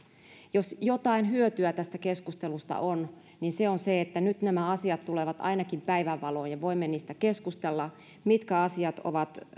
jos jotain hyötyä tästä keskustelusta on niin se on se että nyt nämä asiat tulevat ainakin päivänvaloon ja voimme keskustella niistä ja siitä mitkä asiat ovat